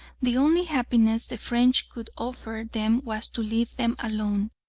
the only happiness the french could offer them was to leave them alone.